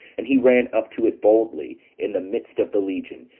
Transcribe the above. and he ran up to it boldly in the midst of the legion,